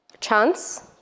chance